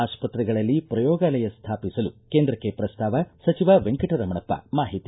ಆಸ್ಪತ್ರೆಗಳಲ್ಲಿ ಪ್ರಯೋಗಾಲಯ ಸ್ಮಾಪಿಸಲು ಕೇಂದ್ರಕ್ಕೆ ಪ್ರಸ್ತಾವ ಸಚಿವ ವೆಂಕಟರಮಣಪ್ಪ ಮಾಹಿತಿ